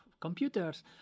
computers